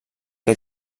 que